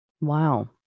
wow